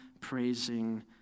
praising